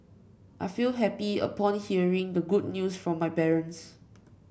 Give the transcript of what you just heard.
I felt happy upon hearing the good news from my parents